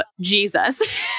Jesus